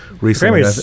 recently